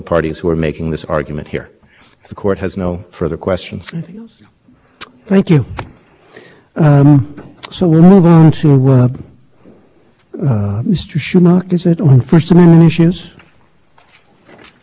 press second or these rules are subject to strict scrutiny and third why the rules fail even intermediate scrutiny during the first point the first amendment has always limited the government's ability to regulate the dissemination of content broadband